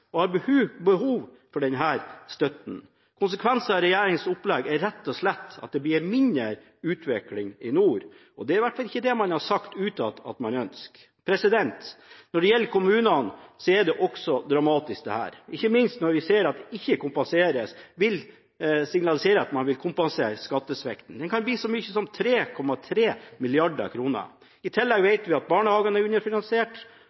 og har behov for denne støtten. Konsekvensen av regjeringens opplegg er rett og slett at det blir mindre utvikling i nord, og det er i hvert fall ikke det man har sagt utad, at man ønsker. Når det gjelder kommunene, er dette også dramatisk – ikke minst når vi ser at man ikke vil signalisere at man vil kompensere for skattesvikten. Den kan bli så stor som 3,3 mrd. kr. I tillegg vet vi at barnehagene er underfinansiert,